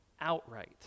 outright